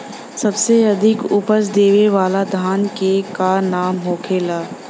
सबसे अधिक उपज देवे वाला धान के का नाम होखे ला?